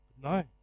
No